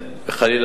כמובן,